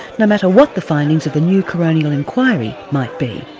no matter what the findings of the new coronial inquiry might be.